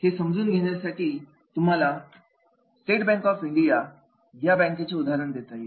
हे समजून घेण्यासाठी तुम्हाला एसबीआय म्हणजेच स्टेट बँक ऑफ इंडिया या बँकेचे एक उदाहरण देतो